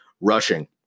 rushing